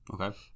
okay